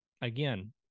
again